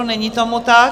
Není tomu tak.